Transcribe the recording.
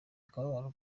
akababaro